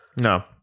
No